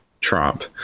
Trump